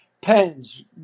pens